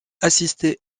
assisté